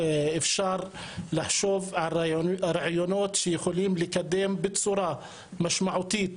אפשר לחשוב על רעיונות שיכולים לקדם בצורה משמעותית